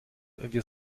wir